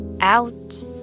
out